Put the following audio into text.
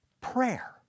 prayer